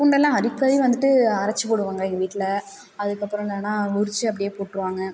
பூண்டெல்லாம் அடிக்கடி வந்துட்டு அரைச்சு போடுவாங்க எங்கள் வீட்டில் அதுக்கப்புறம் என்னன்னா உறிச்சு அப்படியே போட்ருவாங்க